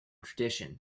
tradition